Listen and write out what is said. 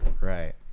Right